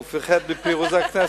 הוא פחד מפיזור הכנסת.